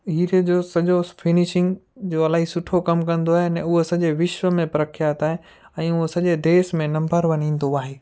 हीरे जो सॼो फ़िनीशिंग जो इलाही सुठो कमु कंदो आहे न उहो सॼे विश्व में प्रख्यात आहे ऐं हू सॼे देश में नम्बर वन ईंदो आहे